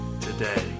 today